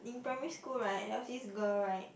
in primary school right there was this girl right